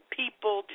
people